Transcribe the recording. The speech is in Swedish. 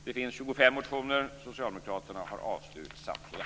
Det finns 25 motioner, och Socialdemokraterna har avstyrkt samtliga.